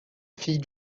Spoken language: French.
fille